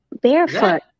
Barefoot